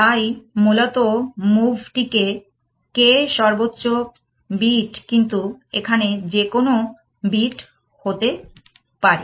তাই মূলত মুভটিতে k সর্বোচ্চ বিট কিন্তু এখানে যেকোন বিট হতে পারি